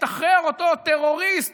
השתחרר אותו טרוריסט,